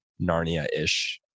Narnia-ish